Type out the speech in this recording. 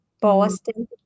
Boston